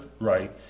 right